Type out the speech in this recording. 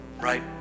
right